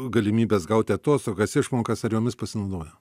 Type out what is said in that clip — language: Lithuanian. galimybes gauti atostogas išmokas ar jomis pasinaudojo